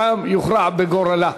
ושם יוכרע גורלה.